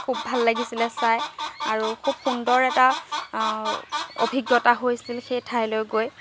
খুব ভাল লাগিছিলে চাই আৰু খুব সুন্দৰ এটা অভিজ্ঞতা হৈছিল সেই ঠাইলৈ গৈ